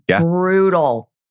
brutal